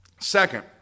Second